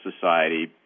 Society